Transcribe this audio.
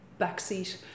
backseat